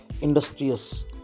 Industrious